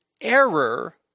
error